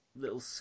Little